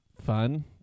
fun